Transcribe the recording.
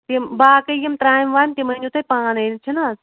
یِم باقٕے یِم ترٛامہِ وامہِ تِم أنِو تُہۍ پانَے چھِنہ